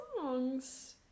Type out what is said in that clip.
songs